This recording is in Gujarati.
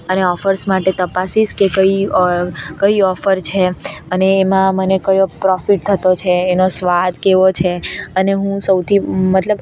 અને ઓફર્સ માટે તપાસીશ કે કંઈ કઈ ઓફર છે અને એમાં મને કયો પ્રોફિટ થતો છે એનો સ્વાદ કેવો છે અને હું સૌથી મતલબ